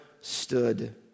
stood